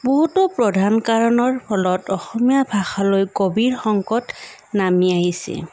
বহুতো প্ৰধান কাৰণৰ ফলত অসমীয়া ভাষালৈ গভীৰ সংকট নামি আহিছে